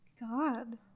God